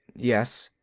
yes.